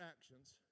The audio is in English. actions